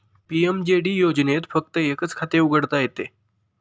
PMJD योजनेत फक्त एकच खाते उघडता येते